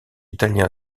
italiens